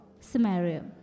Samaria